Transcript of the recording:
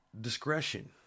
Discretion